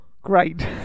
Great